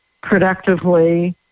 productively